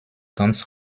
ganz